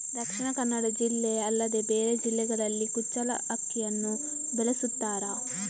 ದಕ್ಷಿಣ ಕನ್ನಡ ಜಿಲ್ಲೆ ಅಲ್ಲದೆ ಬೇರೆ ಜಿಲ್ಲೆಗಳಲ್ಲಿ ಕುಚ್ಚಲಕ್ಕಿಯನ್ನು ಬೆಳೆಸುತ್ತಾರಾ?